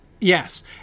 Yes